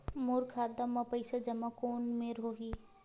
मोर खाता मा पईसा जमा कोन मेर होही?